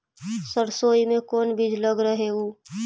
सरसोई मे कोन बीज लग रहेउ?